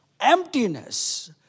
Emptiness